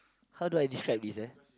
how do I describe this eh